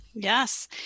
Yes